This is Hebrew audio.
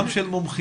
גם של מומחים,